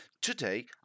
Today